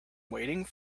waiting